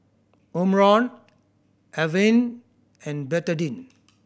Omron Avene and Betadine